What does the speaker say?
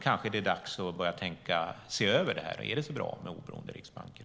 Kanske är det dags att börja se över detta. Är det så bra med oberoende riksbanker?